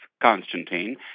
Constantine